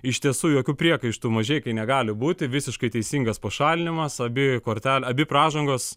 iš tiesų jokių priekaištų mažeikai negali būti visiškai teisingas pašalinimas abi kortel abi pražangos